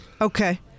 Okay